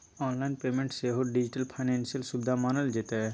online payment सेहो digital financial सुविधा मानल जेतै